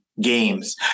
Games